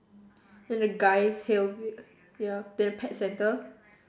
really little heel and the guy heel heel their pet centre